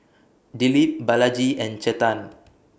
Dilip Balaji and Chetan